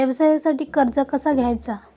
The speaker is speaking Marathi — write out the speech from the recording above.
व्यवसायासाठी कर्ज कसा घ्यायचा?